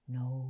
no